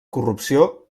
corrupció